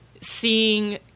seeing